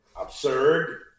absurd